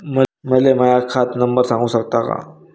मले माह्या खात नंबर सांगु सकता का?